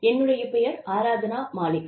என்னுடைய பெயர் ஆராத்னா மாலிக்